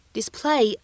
Display